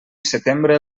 setembre